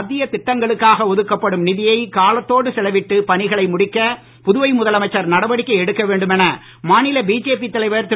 மத்திய திட்டங்களுக்காக ஒதுக்கப்படும் நிதியை காலத்தோடு செலவிட்டு பணிகளை முடிக்க புதுவை முதலமைச்சர் நடவடிக்கை எடுக்க வேண்டும் என மாநில பிஜேபி தலைவர் திரு